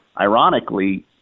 Ironically